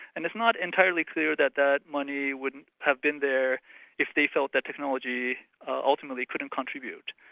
and it's not entirely clear that that money would have been there if they felt that technology ultimately couldn't contribute.